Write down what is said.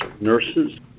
nurses